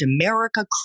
America